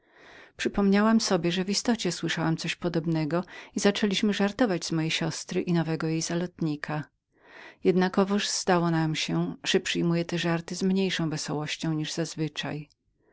przypomniałam sobie że w istocie słyszałam coś podobnego i zaczęliśmy żartować z mojej siostry i nowego jej kochanka jednakowoż zdało nam się że przyjmowała te żarty z mniejszą wesołością jak zazwyczaj